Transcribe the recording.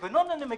מלבנון אני מגיע,